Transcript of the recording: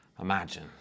Imagine